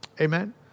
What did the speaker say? Amen